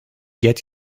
get